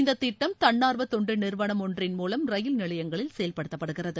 இந்த திட்டம் தன்னார்வ தொண்டு நிறுவனம் ஒன்றின் மூவம் ரயில் நிலையங்களில் செயல்படுத்தப்படுகிறது